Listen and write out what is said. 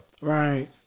Right